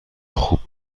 خوب